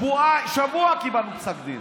תוך שבוע קיבלנו פסק דין.